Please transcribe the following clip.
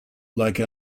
like